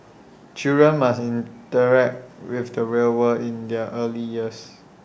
children must interact with the real world in their early years